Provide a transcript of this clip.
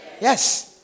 Yes